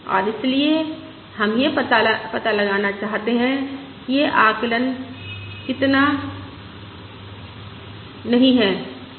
और इसलिए हम यह पता लगाना चाहते हैं कि यह आकलन कितना नहीं है